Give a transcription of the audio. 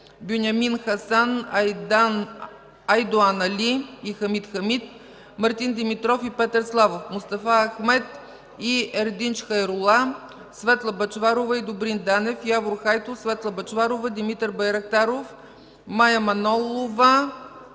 Бюнямин Хасан, Айдоан Али и Хамид Хамид, Мартин Димитров и Петър Славов, Мустафа Ахмед и Ердинч Хайрула, Светла Бъчварова и Добрин Данев, Явор Хайтов, Светла Бъчварова, Димитър Байрактаров, Мая Манолова,